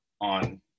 on